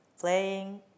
playing